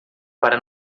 para